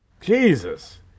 Jesus